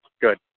Good